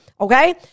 Okay